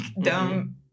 dumb